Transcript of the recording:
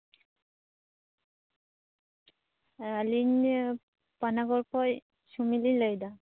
ᱟᱹᱞᱤᱧ ᱯᱟᱱᱟᱜᱚᱲ ᱠᱷᱚᱱ ᱥᱩᱢᱤᱞᱤᱧ ᱞᱟᱹᱭᱫᱟ